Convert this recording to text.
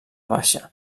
baixa